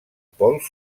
pol